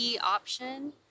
option